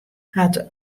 hat